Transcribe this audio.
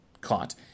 caught